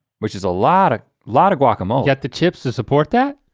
which is a lot of lot of guacamole. get the chips to support that.